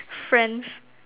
friends